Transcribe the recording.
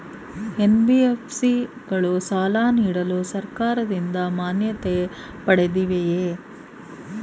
NBFC ಗಳು ಸಾಲ ನೀಡಲು ಸರ್ಕಾರದಿಂದ ಮಾನ್ಯತೆ ಪಡೆದಿವೆಯೇ?